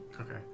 Okay